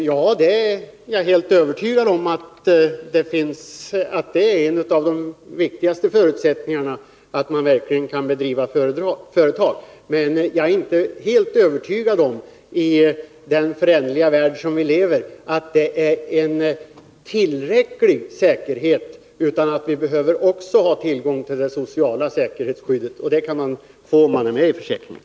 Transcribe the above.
Fru talman! Ja, jag är helt övertygad om att det är en av de viktigaste förutsättningarna — att man verkligen kan driva företag. Men jag är inte helt övertygad om att det, i den föränderliga värld som vi lever i, är en tillräcklig säkerhet. Vi behöver också ha tillgång till det sociala skyddet, och det kan man få om man är med i försäkringen.